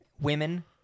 women